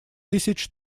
тысяч